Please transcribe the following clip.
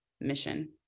mission